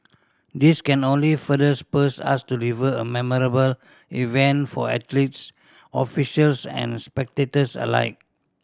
this can only further spurs us to deliver a memorable event for athletes officials and spectators alike